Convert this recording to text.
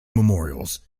memorials